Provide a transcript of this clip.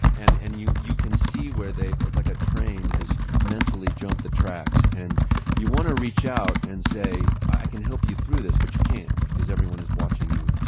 and and you you can see where they've like trainers mentally jumped the tracks and you want to reach out and say i can help you through this but you can't because everyone is watching you